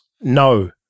no